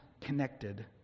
connected